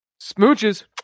Smooches